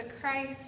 Christ